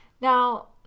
Now